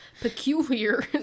peculiar